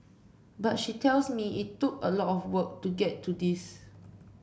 but she tells me it took a lot of work to get to this